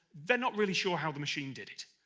they're not really sure how the machine did it.